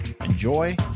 Enjoy